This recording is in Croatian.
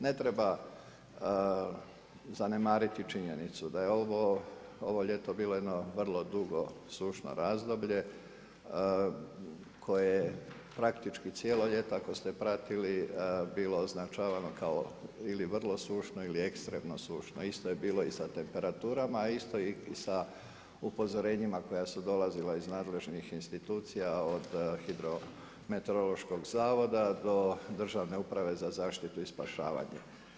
Ne treba zanemariti činjenicu da je ovo, ovo ljeto bilo jedno dugo sušno razdoblje koje je praktički cijelo ljeto ako ste pratili bilo označavano kao ili vrlo sušno ili ekstremno sušno, isto je bilo i sa temperaturama a isto i sa upozorenjima koja su dolazila iz nadležnih institucija od hidrometerološkog zavoda do Državne uprave za zaštitu i spašavanje.